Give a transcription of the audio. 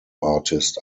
artist